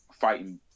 fighting